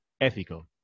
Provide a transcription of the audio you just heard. ethical